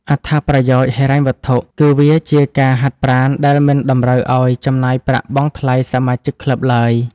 អត្ថប្រយោជន៍ហិរញ្ញវត្ថុគឺវាជាការហាត់ប្រាណដែលមិនតម្រូវឱ្យចំណាយប្រាក់បង់ថ្លៃសមាជិកក្លឹបឡើយ។